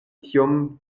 tiom